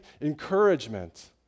encouragement